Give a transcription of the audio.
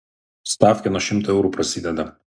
stafkė nuo šimto eurų prasideda